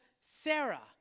Sarah